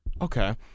Okay